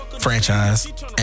franchise